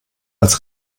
als